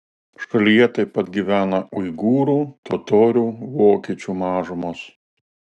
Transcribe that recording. šalyje taip pat gyvena uigūrų totorių vokiečių mažumos